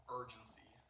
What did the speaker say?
urgency